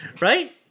Right